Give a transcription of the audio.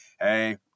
Hey